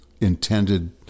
intended